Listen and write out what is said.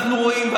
אנחנו רואים,